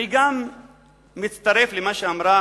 גם אני מצטרף למה שאמרה